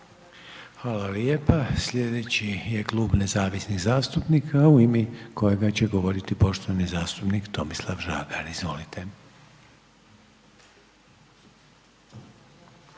Hvala lijepa. Sljedeći je Klub nezavisnih zastupnika u ime kojega će govoriti poštovani zastupnik Tomislav Žagar. Izvolite.